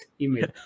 email